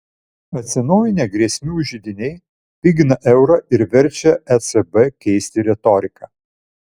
atsinaujinę grėsmių židiniai pigina eurą ir verčia ecb keisti retoriką